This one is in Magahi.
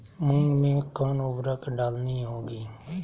मूंग में कौन उर्वरक डालनी होगी?